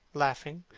laughing.